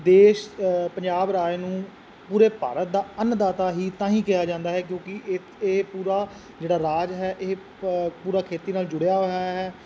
ਦੇਸ਼ ਪੰਜਾਬ ਰਾਜ ਨੂੰ ਪੂਰੇ ਭਾਰਤ ਦਾ ਅੰਨਦਾਤਾ ਹੀ ਤਾਂ ਹੀ ਕਿਹਾ ਜਾਂਦਾ ਹੈ ਕਿਉਂਕਿ ਇੱਥ ਇਹ ਪੂਰਾ ਜਿਹੜਾ ਰਾਜ ਹੈ ਇਹ ਪ ਪੂਰਾ ਖੇਤੀ ਨਾਲ ਜੁੜਿਆ ਹੋਇਆ ਹੈ